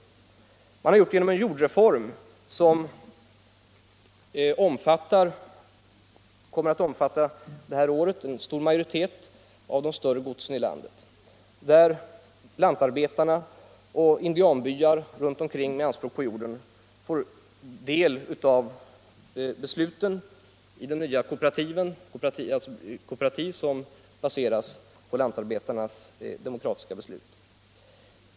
Man gör det genom en jordreform som i år kommer att omfatta en stor majoritet av de större godsen i landet och som innebär att lantarbetarna och indianbyarna runt omkring godsen med anspråk på jorden får delta i besluten i de nya kooperativen; kooperativen baseras alltså på lantarbetarnas demokratiska beslut.